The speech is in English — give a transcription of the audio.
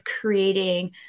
creating